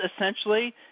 essentially